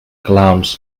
clowns